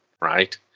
Right